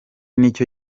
nicyo